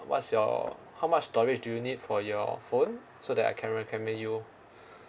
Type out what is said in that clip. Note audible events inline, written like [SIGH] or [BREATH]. what's your how much storage do you need for your phone so that I can recommend you [BREATH]